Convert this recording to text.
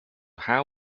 how